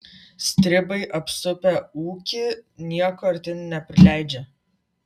stribai apsupę ūkį nieko artyn neprileidžia